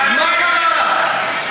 מה קרה?